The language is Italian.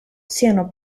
siano